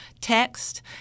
text